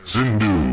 Zindu